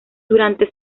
durante